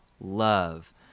love